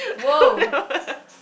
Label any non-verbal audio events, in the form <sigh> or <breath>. !wow! <breath>